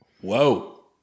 Whoa